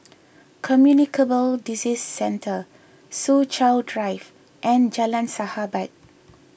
Communicable Disease Centre Soo Chow Drive and Jalan Sahabat